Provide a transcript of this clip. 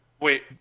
wait